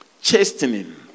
chastening